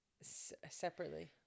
Separately